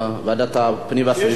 ועדת הפנים והסביבה.